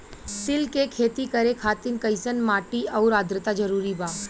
तिल के खेती करे खातिर कइसन माटी आउर आद्रता जरूरी बा?